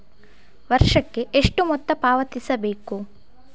ವರ್ಷಕ್ಕೆ ಎಷ್ಟು ಮೊತ್ತ ಪಾವತಿಸಬೇಕು?